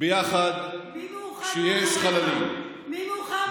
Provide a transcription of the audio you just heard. ביחד כשיש חללים, מי מאוחד מאחוריך?